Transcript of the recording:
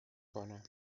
کنم